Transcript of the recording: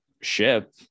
ship